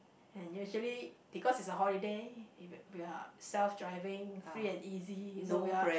and usually because it's a holiday if we are self driving free and easy so we are